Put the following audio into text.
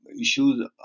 issues